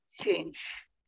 change